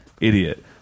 idiot